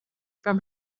from